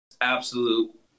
absolute